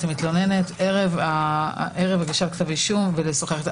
המתלוננת ערב הגשת כתב אישום ולשוחח איתה.